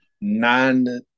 nine